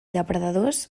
depredadors